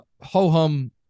ho-hum